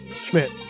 Schmidt